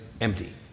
empty